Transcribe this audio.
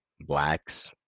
blacks